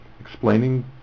explaining